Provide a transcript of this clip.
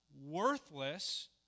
worthless